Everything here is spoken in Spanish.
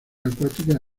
acuáticas